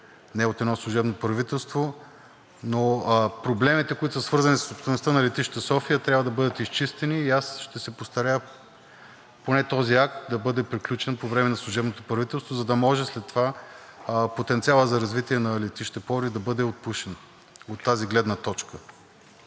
не от едно служебно правителство, но проблемите, които са свързани със собствеността на летище Пловдив трябва да бъдат изчистени и аз ще се постарая поне този акт да бъде приключен по време на служебното правителство, за да може след това потенциалът за развитие на летище Пловдив, да бъде отпушен от тази гледна точка.